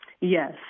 Yes